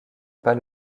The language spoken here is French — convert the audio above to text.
pas